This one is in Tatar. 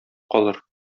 калыр